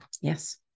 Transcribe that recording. yes